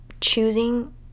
choosing